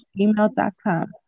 gmail.com